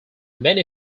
many